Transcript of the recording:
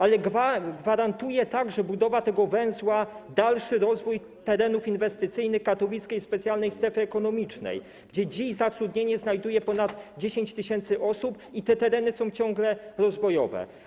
Ale budowa tego węzła gwarantuje także dalszy rozwój terenów inwestycyjnych katowickiej specjalnej strefy ekonomicznej, gdzie dziś zatrudnienie znajduje ponad 10 tys. osób, i te tereny są ciągle rozwojowe.